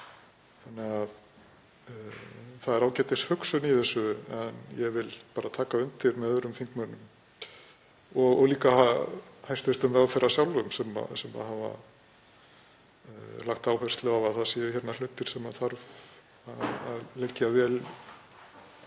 tveggja. Það er ágætishugsun í þessu en ég vil bara taka undir með öðrum þingmönnum og líka hæstv. ráðherra sjálfum sem hefur lagt áherslu á að það séu hlutir sem þarf að liggja vel